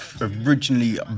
Originally